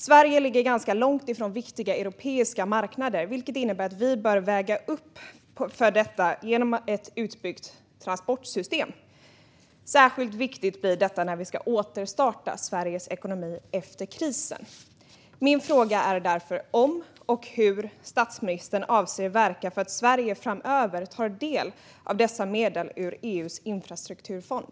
Sverige ligger ganska långt ifrån viktiga europeiska marknader, och vi bör väga upp detta genom ett utbyggt transportsystem. Särskilt viktigt blir detta när vi ska återstarta Sveriges ekonomi efter krisen. Min fråga är därför om och hur statsministern avser att verka för att Sverige framöver ska ta del av dessa medel ur EU:s infrastrukturfond.